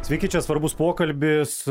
sveiki čia svarbus pokalbis